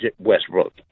Westbrook